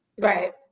Right